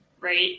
right